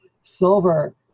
silver